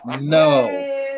no